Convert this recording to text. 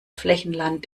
flächenland